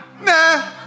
Nah